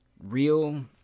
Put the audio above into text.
real